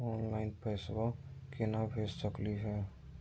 Online पैसवा केना भेज सकली हे?